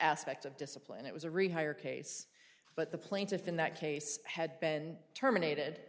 aspects of discipline it was a retired case but the plaintiff in that case had been terminated